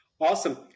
Awesome